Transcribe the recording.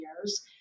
years